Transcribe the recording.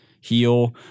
heal